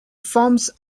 forms